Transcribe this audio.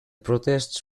protests